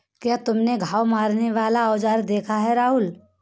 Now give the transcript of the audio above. क्या तुमने बाघ मारने वाला औजार देखा है राहुल?